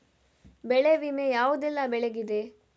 ಬೆಳೆ ವಿಮೆ ಯಾವುದೆಲ್ಲ ಬೆಳೆಗಿದೆ?